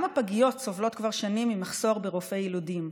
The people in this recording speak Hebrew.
גם הפגיות סובלות כבר שנים ממחסור ברופאי ילדים.